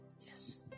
Yes